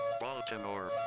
Baltimore